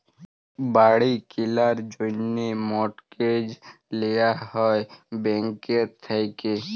বাড়ি কিলার জ্যনহে মর্টগেজ লিয়া হ্যয় ব্যাংকের থ্যাইকে